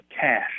cash